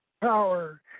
power